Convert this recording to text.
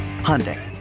Hyundai